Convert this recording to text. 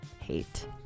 hate